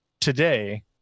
today